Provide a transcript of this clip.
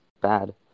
bad